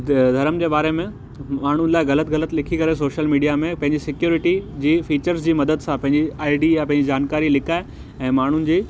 धरम जे बारे में माण्हूनि लाइ ग़लति ग़लति लिखी करे सोशल मीडिया में पंहिजी सिक्योरिटी जी फ़ीचर्स जी मदद सां पंहिंजी आई डी या पंहिंजी जानकारी लिकाए ऐं माण्हूनि जी